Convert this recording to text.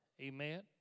Amen